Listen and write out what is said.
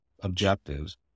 objectives